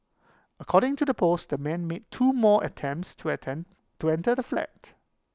according to the post the man made two more attempts to enter to enter the flat